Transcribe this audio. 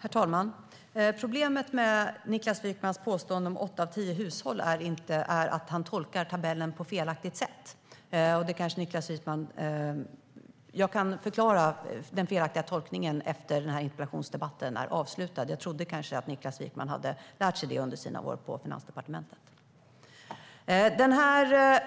Herr talman! Problemet med Niklas Wykmans påstående om åtta av tio hushåll är att han tolkar tabellen på ett felaktigt sätt. Jag kan förklara den felaktiga tolkningen efter att interpellationsdebatten är avslutad. Jag trodde att Niklas Wykman kanske hade lärt sig att tolka tabeller under sina år på Finansdepartementet. Den här